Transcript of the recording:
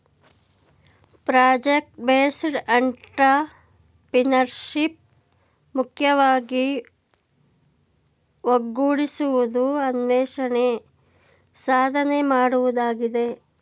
project based entrepreneurship ಮುಖ್ಯವಾಗಿ ಒಗ್ಗೂಡಿಸುವುದು, ಅನ್ವೇಷಣೆ, ಸಾಧನೆ ಮಾಡುವುದಾಗಿದೆ